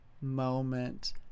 moment